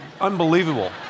unbelievable